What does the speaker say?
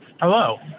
Hello